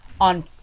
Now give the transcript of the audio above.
on